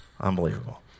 Unbelievable